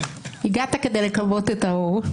הגעת כדי לכבות את האור.